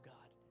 God